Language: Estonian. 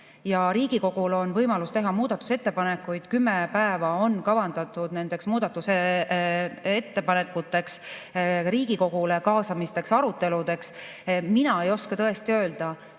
ja Riigikogul on võimalus teha muudatusettepanekuid. Kümme päeva on kavandatud muudatusettepanekuteks, Riigikogu kaasamiseks, aruteludeks. Mina ei oska tõesti öelda,